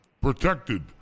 protected